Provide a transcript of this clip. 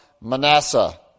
Manasseh